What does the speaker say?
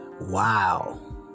Wow